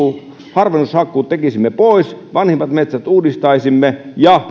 harvennushakkuut tekisimme pois vanhimmat metsät uudistaisimme ja